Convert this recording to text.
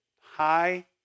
High